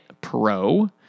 pro